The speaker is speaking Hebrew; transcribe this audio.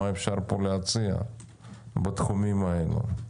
מה אפשר להציע פה בתחומים האלו?